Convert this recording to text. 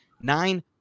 nine